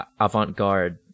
avant-garde